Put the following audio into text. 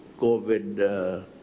COVID